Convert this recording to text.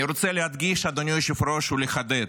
אני רוצה להדגיש, אדוני היושב-ראש, ולחדד,